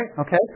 Okay